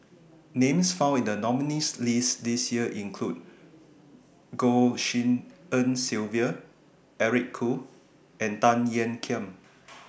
Names found in The nominees' list This Year include Goh Tshin En Sylvia Eric Khoo and Tan Ean Kiam